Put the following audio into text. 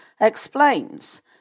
explains